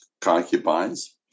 concubines